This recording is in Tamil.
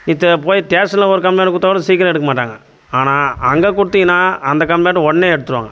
இத போய் ஸ்டேஷனில் ஒரு கம்ப்ளைண்ட் கொடுத்தா கூட சீக்கிரம் எடுக்க மாட்டாங்க ஆனால் அங்கே கொடுத்தீங்கன்னா அந்த கம்ப்ளைண்ட் உடனே எடுத்துகிடுவாங்க